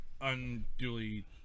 unduly